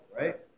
right